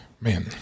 Man